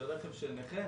לרכב של נכה,